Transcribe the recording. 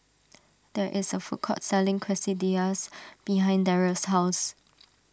there is a food court selling Quesadillas behind Darrell's house